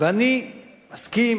ואני מסכים,